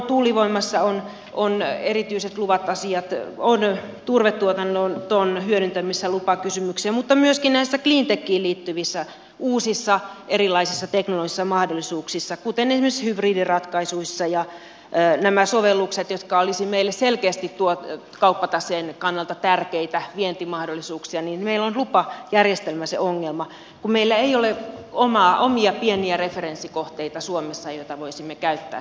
tuulivoimassa on erityiset luvat asiat turvetuotannon hyödyntämisessä on lupakysymyksiä mutta myöskin näissä cleantechiin liittyvissä uusissa erilaisissa teknologisissa mahdollisuuksissa kuten esimerkiksi hybridiratkaisuissa ja näissä sovelluksissa jotka olisivat meille selkeästi kauppataseen kannalta tärkeitä vientimahdollisuuksia meillä on lupajärjestelmä se ongelma kun meillä ei suomessa ole omia pieniä referenssikohteita joita voisimme käyttää sitten tässä kilpailussa